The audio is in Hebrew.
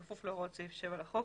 בכפוף להוראות סעיף 7 לחוק,